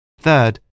Third